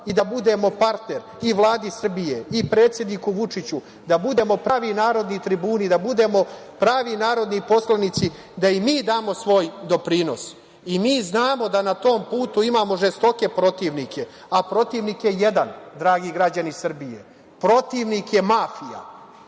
i da budemo partner i Vladi Srbije i predsedniku Vučiću, da budemo pravi narodni tribuni, da budemo pravi narodni poslanici, da i mi damo svoj doprinos. Mi znamo da na tom putu imamo žestoke protivnike, a protivnik je jedan, dragi građani Srbije, protivnik je mafija,